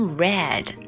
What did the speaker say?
red